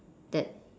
that